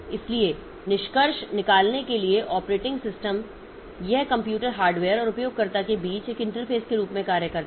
इसलिए निष्कर्ष निकालने के लिए ऑपरेटिंग सिस्टम यह कंप्यूटर हार्डवेयर और उपयोगकर्ताओं के बीच एक इंटरफेस के रूप में कार्य करता है